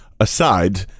aside